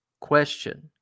question